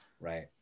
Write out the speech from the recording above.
right